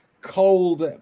cold